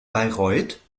bayreuth